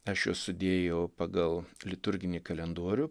aš juos sudėjau pagal liturginį kalendorių